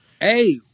Hey